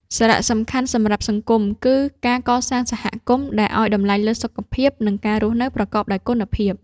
សារៈសំខាន់សម្រាប់សង្គមគឺការកសាងសហគមន៍ដែលឱ្យតម្លៃលើសុខភាព និងការរស់នៅប្រកបដោយគុណភាព។